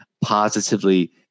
positively